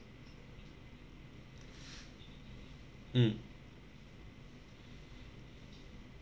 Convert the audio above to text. mm